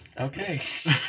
Okay